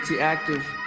Active